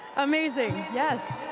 amazing. yes!